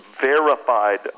verified